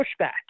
pushback